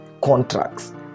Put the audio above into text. contracts